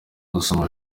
gusoma